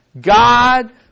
God